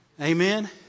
Amen